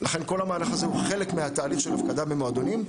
ולכן כל המהלך הזה הוא חלק מהתהליך של ההפקדה במועדונים.